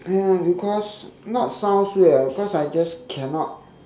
ya because not sounds weird ah because I just cannot